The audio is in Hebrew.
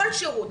כל שירות.